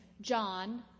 John